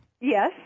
Yes